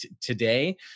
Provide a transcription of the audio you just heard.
today